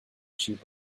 sheep